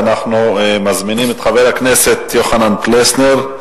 אנחנו מזמינים את חבר הכנסת יוחנן פלסנר.